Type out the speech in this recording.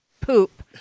poop